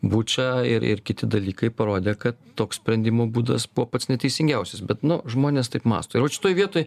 buča ir ir kiti dalykai parodė kad toks sprendimo būdas buvo pats neteisingiausias bet nu žmonės taip mąsto ir vat šitoj vietoj